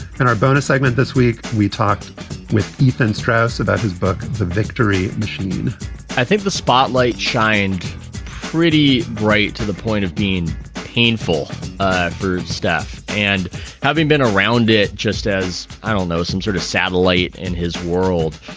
and our bonus segment this week, we talked with ethan strauss about his book, the victory machine i think the spotlight shined pretty bright to the point of being painful for staff and having been around it just as, i don't know, some sort of satellite in his world.